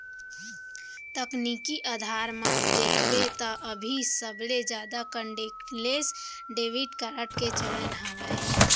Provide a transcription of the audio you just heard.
तकनीकी अधार म देखबे त अभी सबले जादा कांटेक्टलेस डेबिड कारड के चलन हावय